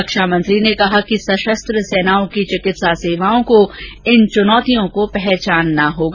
रक्षामंत्री ने कहा कि सशस्त्र सेनाओं की चिकित्सा सेवाओं को इन चुनौतियों को पहचानना होगा